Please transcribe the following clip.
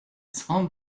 cents